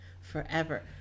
forever